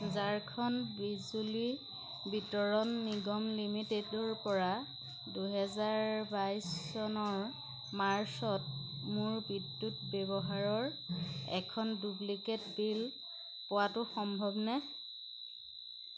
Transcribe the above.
ঝাৰখণ্ড বিজুলী বিতৰণ নিগম লিমিটেডৰপৰা দুহেজাৰ বাইছ চনৰ মাৰ্চত মোৰ বিদ্যুৎ ব্যৱহাৰৰ এখন ডুপ্লিকেট বিল পোৱাটো সম্ভৱনে